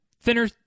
thinner